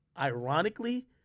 Ironically